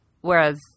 Whereas